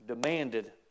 demanded